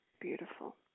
Beautiful